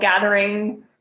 gathering